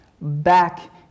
Back